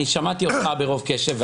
אני שמעתי אותך ברוב קשב.